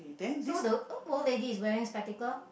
so the uh old lady is wearing spectacle